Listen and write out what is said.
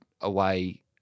away